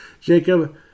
Jacob